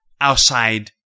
outside